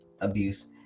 abuse